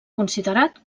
considerat